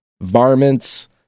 Varmint's